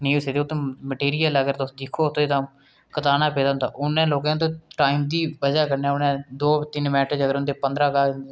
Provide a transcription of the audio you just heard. नेईं होई सकदी उत्त मटीरियल अगर तुस दिक्खो ते तां कताना पेदा होंदा उ'नें लोकें ते टाईम दी बजह कन्नै उ'नें दो तिन्न मिंट जेकर उं'दे पंदरां